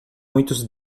muitos